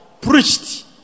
preached